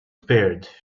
spared